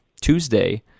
tuesday